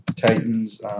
Titans